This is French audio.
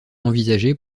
envisagée